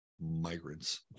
migrants